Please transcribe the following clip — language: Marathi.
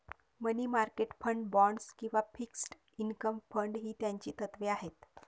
मनी मार्केट फंड, बाँड्स किंवा फिक्स्ड इन्कम फंड ही त्याची तत्त्वे आहेत